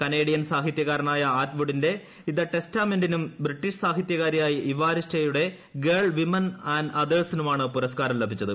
Canadian സാഹിത്യകാരനായ ആറ്റ്വുഡിന്റെ the ടെസ്റ്റാമെന്റിന്നും ബ്രിട്ടീഷ് സാഹിത്യകാരിയായ ഇവാരിസ്റ്റോയുടെ ഗേൾ വിമൻ ആന്റ് അദേഴ്സിനുമാണ് പുരസ്കാരം ലഭിച്ചത്